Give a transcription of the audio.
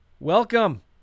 Welcome